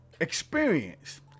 Experience